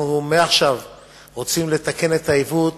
אנחנו מעכשיו רוצים לתקן את העיוות